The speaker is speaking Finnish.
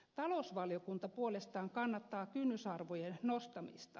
talousvaliokunta puolestaan kannattaa kynnysarvojen nostamista